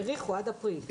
האריכו עד אפריל.